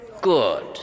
Good